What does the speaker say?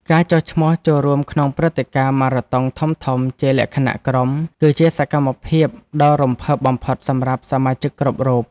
ការចុះឈ្មោះចូលរួមក្នុងព្រឹត្តិការណ៍ម៉ារ៉ាតុងធំៗជាលក្ខណៈក្រុម គឺជាសកម្មភាពដ៏រំភើបបំផុតសម្រាប់សមាជិកគ្រប់រូប។